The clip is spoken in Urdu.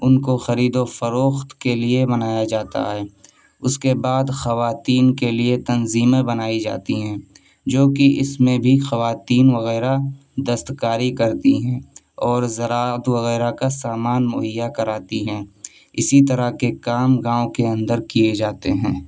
ان کو خرید و فروخت کے لیے بنایا جاتا ہے اس کے بعد خواتین کے لیے تنظیمیں بنائی جاتی ہیں جو کہ اس میں بھی خواتین وغیرہ دستکاری کرتی ہیں اور زراعت وغیرہ کا سامان مہیا کراتی ہیں اسی طرح کے کام گاؤں کے اندر کیے جاتے ہیں